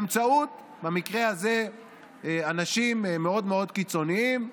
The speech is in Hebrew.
במקרה הזה באמצעות אנשים מאוד מאוד קיצוניים,